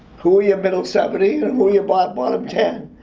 who are your middle seventy, and who are your but bottom ten?